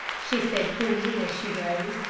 she said coolly, as she rose.